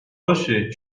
باشه